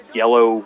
yellow